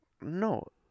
No